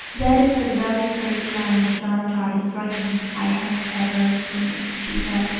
that is the very first line of john jardine's writing i have ever seen, she said.